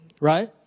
right